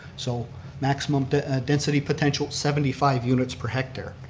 so maximum density potential, seventy five units per hectare.